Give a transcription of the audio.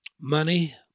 money